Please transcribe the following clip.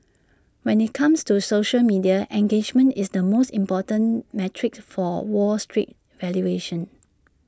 when IT comes to social media engagement is the most important metric for wall street valuations